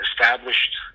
established